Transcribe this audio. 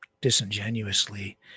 disingenuously